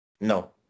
No